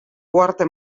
uharte